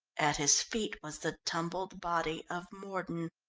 at his feet was the tumbled body of mordon.